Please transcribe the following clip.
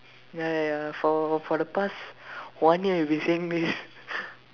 ya ya for for the past one year you've been saying this